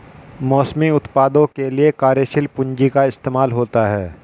मौसमी उत्पादों के लिये कार्यशील पूंजी का इस्तेमाल होता है